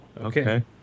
Okay